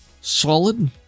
Solid